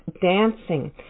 dancing